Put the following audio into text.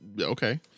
okay